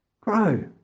grow